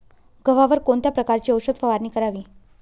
गव्हावर कोणत्या प्रकारची औषध फवारणी करावी?